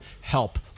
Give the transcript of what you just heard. help